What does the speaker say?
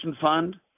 fund